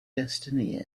destiny